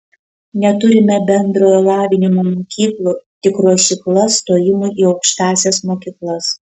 neturime bendrojo lavinimo mokyklų tik ruošyklas stojimui į aukštąsias mokyklas